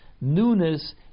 newness